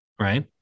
right